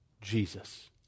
Jesus